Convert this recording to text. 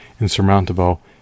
insurmountable